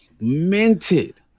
minted